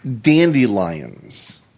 dandelions